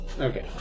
okay